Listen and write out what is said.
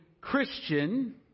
Christian